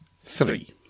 Three